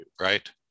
right